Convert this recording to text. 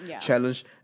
challenge